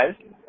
guys